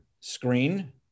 screen